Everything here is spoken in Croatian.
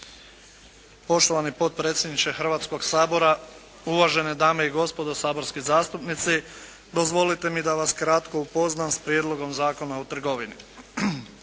Poštovani potpredsjedniče Hrvatskoga sabora, uvažene dame i gospodo saborski zastupnici. Dozvolite mi da vas kratko upoznam s Prijedlogom zakona o trgovini.